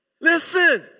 Listen